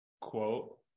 quote